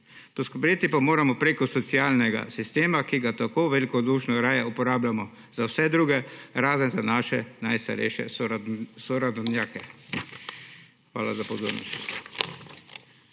Poskrbeti pa moramo preko socialnega sistema, ki ga tako velikodušno raje uporabljamo za vse druge, razen za naše najstarejše sonarodnjake. Hvala za pozornost.